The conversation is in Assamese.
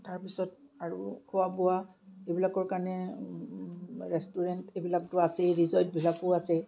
তাৰপিছত আৰু খোৱা বোৱা এইবিলাকৰ কাৰণে ৰেষ্টুৰেণ্ট এইবিলাকটো আছেই ৰিজৰ্টবিলাকো আছে